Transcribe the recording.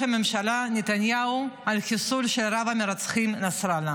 הממשלה נתניהו על חיסול של רב-המרצחים נסראללה.